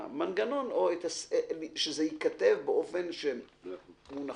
המנגנון, שזה ייכתב באופן נכון.